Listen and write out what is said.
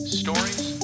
stories